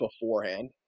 beforehand